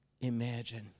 Imagine